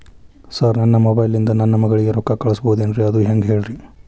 sir ನನ್ನ mobile ಇಂದ ನನ್ನ ಮಗಳಿಗೆ ರೊಕ್ಕಾ ಕಳಿಸಬಹುದೇನ್ರಿ ಅದು ಹೆಂಗ್ ಹೇಳ್ರಿ